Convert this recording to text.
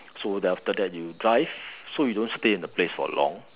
so after that you drive so you don't stay in the place for long